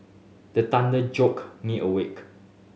the thunder me awake